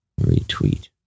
Retweet